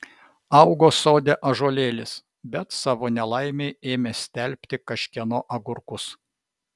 augo sode ąžuolėlis bet savo nelaimei ėmė stelbti kažkieno agurkus